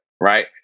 right